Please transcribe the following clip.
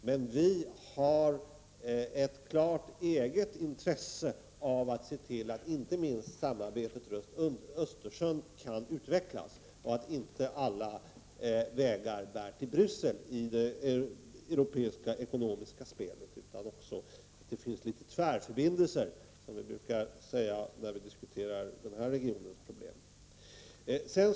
Men vi har ett klart eget intresse av att se till att inte minst samarbetet runt Östersjön kan utvecklas — att inte alla vägar bär till Bryssel i det europeiska ekonomiska spelet utan att det också finns litet tvärförbindelser, som vi brukar säga när vi diskuterar den här regionens problem.